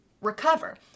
recover